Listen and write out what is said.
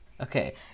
Okay